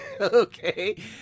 Okay